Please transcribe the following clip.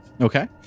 Okay